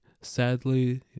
sadly